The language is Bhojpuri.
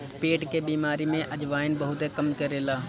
पेट के बेमारी में अजवाईन बहुते काम करेला